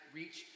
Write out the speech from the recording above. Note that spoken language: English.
reach